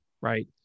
right